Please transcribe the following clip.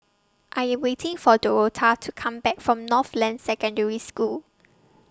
I Am waiting For Dorotha to Come Back from Northland Secondary School